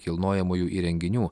kilnojamųjų įrenginių